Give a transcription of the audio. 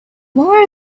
war